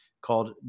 called